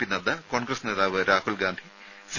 P Nadda Congress നേതാവ് Rahul Gandhi C